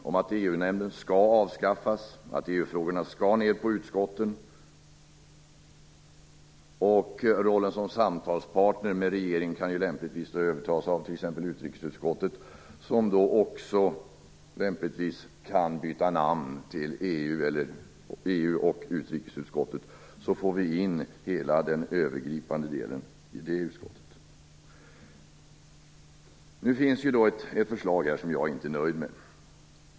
EU-nämnden skall avskaffas, EU frågorna skall fördelas på utskotten och rollen som samtalspartner med regeringen kan lämpligtvis övertas av t.ex. utrikesutskottet som då också kan byta namn till EU och utrikesutskottet, så får vi in hela den övergripande delen i det utskottet. Nu finns det ett förslag som jag inte är nöjd med.